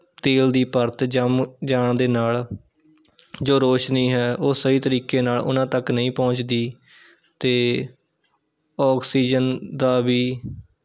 ਤੇਲ ਦੀ ਪਰਤ ਜੰਮ ਜਾਣ ਦੇ ਨਾਲ਼ ਜੋ ਰੋਸ਼ਨੀ ਹੈ ਉਹ ਸਹੀ ਤਰੀਕੇ ਨਾਲ਼ ਉਹਨਾਂ ਤੱਕ ਨਹੀਂ ਪਹੁੰਚਦੀ ਅਤੇ ਔਕਸੀਜਨ ਦਾ ਵੀ